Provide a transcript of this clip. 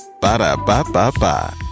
Ba-da-ba-ba-ba